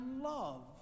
love